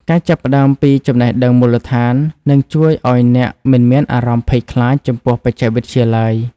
ការចាប់ផ្តើមពីចំណេះដឹងមូលដ្ឋាននឹងជួយឱ្យអ្នកមិនមានអារម្មណ៍ភ័យខ្លាចចំពោះបច្ចេកវិទ្យាឡើយ។